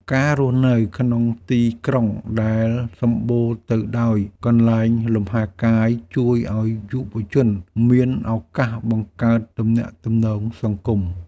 ការរស់នៅក្នុងទីក្រុងដែលសម្បូរទៅដោយកន្លែងលំហែកាយជួយឱ្យយុវជនមានឱកាសបង្កើតទំនាក់ទំនងសង្គម។